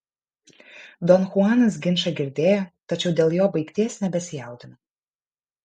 don chuanas ginčą girdėjo tačiau dėl jo baigties nebesijaudino